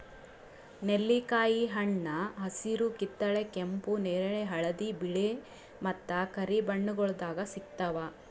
ನೆಲ್ಲಿಕಾಯಿ ಹಣ್ಣ ಹಸಿರು, ಕಿತ್ತಳೆ, ಕೆಂಪು, ನೇರಳೆ, ಹಳದಿ, ಬಿಳೆ ಮತ್ತ ಕರಿ ಬಣ್ಣಗೊಳ್ದಾಗ್ ಸಿಗ್ತಾವ್